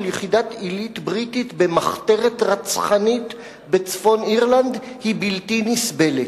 יחידת עילית בריטית במחתרת רצחנית בצפון-אירלנד בלתי נסבלת.